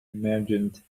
imagined